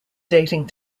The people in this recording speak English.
dating